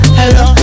hello